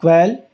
twelve